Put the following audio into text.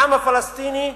העם הפלסטיני,